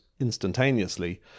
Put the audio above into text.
instantaneously